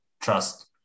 trust